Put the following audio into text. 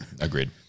Agreed